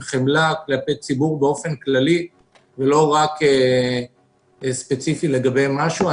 עם חמלה כלפי הציבור באופן כללי ולא רק ספציפית לגבי משהו.